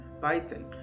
python